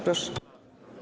Proszę.